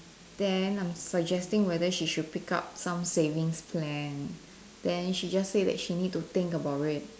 then I'm suggesting whether she should pick up some savings plan then she just say that she need to think about it